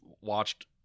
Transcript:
watched